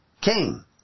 King